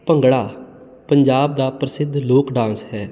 ਭੰਗੜਾ ਪੰਜਾਬ ਦਾ ਪ੍ਰਸਿੱਧ ਲੋਕ ਡਾਂਸ ਹੈ